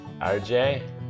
RJ